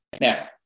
Now